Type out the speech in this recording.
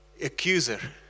accuser